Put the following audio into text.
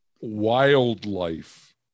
wildlife